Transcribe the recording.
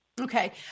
Okay